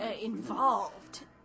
involved